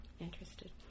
interested